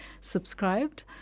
subscribed